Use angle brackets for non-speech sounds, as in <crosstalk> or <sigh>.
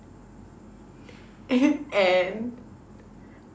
<laughs> and